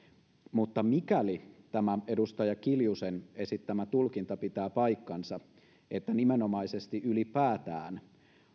mutta mikäli tämä edustaja kiljusen esittämä tulkinta pitää paikkansa että nimenomaisesti ylipäätään